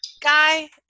guy